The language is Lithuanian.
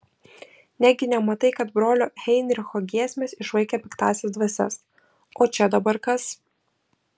negi nematai kad brolio heinricho giesmės išvaikė piktąsias dvasias o čia dabar kas